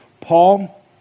Paul